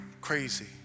crazy